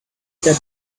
get